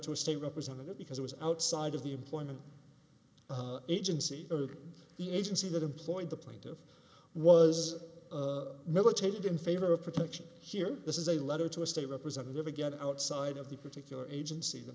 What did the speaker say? to a state representative because it was outside of the employment agency the agency that employed the plaintiff was militated in favor of protection here this is a letter to a state representative again outside of the particular agenc